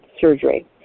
surgery